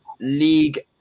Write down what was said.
league